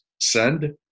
send